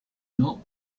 n’en